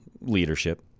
Leadership